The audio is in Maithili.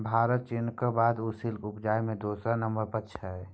भारत चीनक बाद सिल्क उपजाबै मे दोसर नंबर पर छै